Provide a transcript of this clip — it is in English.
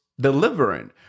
delivering